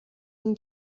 این